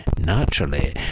Naturally